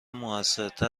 موثرتر